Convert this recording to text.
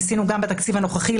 ניסינו גם בתקציב הנוכחי.